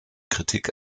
kritik